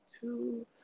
two